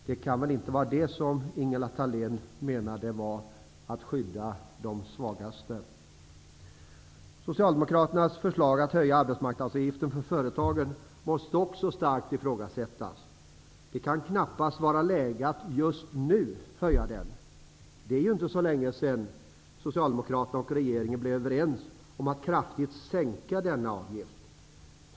Det kan väl inte vara det som Ingela Thalén menade med att skydda de svagaste. Socialdemokraternas förslag att höja arbetsmarknadsavgiften för företagen måste också starkt ifrågasättas. Det kan knappast vara läge att höja den just nu. Det är inte så länge sedan Socialdemokraterna och regeringen blev överens om att kraftigt sänka denna avgift.